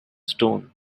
stone